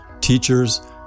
teachers